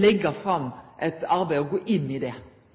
leggje fram eit arbeid og gå inn i det.